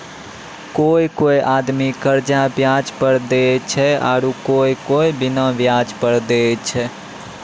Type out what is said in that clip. कोय कोय आदमी कर्जा बियाज पर देय छै आरू कोय कोय बिना बियाज पर देय छै